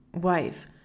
wife